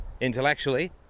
intellectually